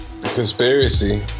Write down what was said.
conspiracy